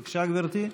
בבקשה, גברתי.